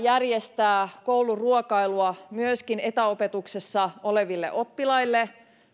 järjestää kouluruokailua myöskin etäopetuksessa oleville oppilaille